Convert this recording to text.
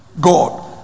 God